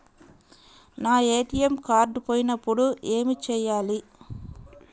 నా ATM card పోయినప్పుడు ఏమి చేయాలి?